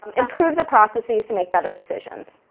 um improve the processes to make better decisions.